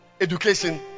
Education